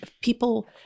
people